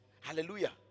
Hallelujah